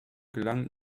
gelang